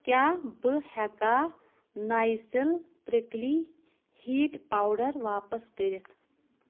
کیٛاہ بہٕ ہیٚکاہ نایسِل پرٛکلی ہیٖٹ پاوڈر واپس کٔرِتھ